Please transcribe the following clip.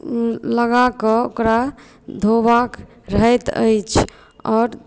लगाकऽ ओकरा धोबाक रहैत अछि आओर